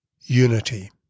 Unity